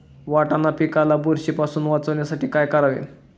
वाटाणा पिकाला बुरशीपासून वाचवण्यासाठी काय करावे?